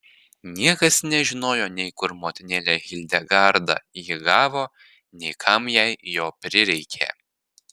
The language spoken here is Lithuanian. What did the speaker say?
niekas nežinojo nei kur motinėlė hildegarda jį gavo nei kam jai jo prireikė